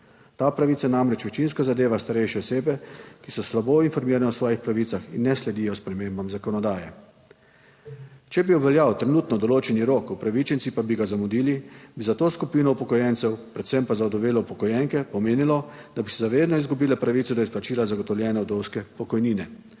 Ta pravica namreč večinsko zadeva starejše osebe, ki so slabo informirane o svojih pravicah in ne sledijo spremembam zakonodaje. Če bi obveljal trenutno določeni rok, upravičenci pa bi ga zamudili, bi za to skupino upokojencev, predvsem pa za udovele upokojenke pomenilo, da bi se vedno izgubila pravico do izplačila zagotovljene vdovske pokojnine